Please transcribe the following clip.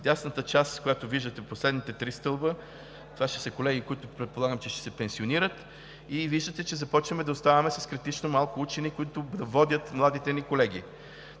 дясната част, която виждате – последните три стълба, това са колеги, които предполагам, че ще се пенсионират и виждате, че започваме да оставаме с критично малко учени, които да водят младите ни колеги.